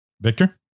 Victor